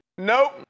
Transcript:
Nope